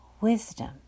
wisdom